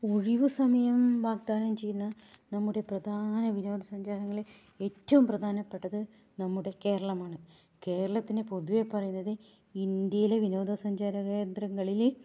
ഒഴിവുസമയം വാഗ്ദാനം ചെയ്യുന്ന നമ്മുടെ പ്രധാന വിനോദസഞ്ചാരങ്ങളിൽ ഏറ്റവും പ്രധാനപ്പെട്ടത് നമ്മുടെ കേരളമാണ് കേരളത്തിനെ പൊതുവേ പറയുന്നത് ഇന്ത്യയിലെ വിനോദസഞ്ചാര കേന്ദ്രങ്ങളിൽ